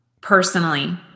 personally